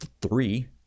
three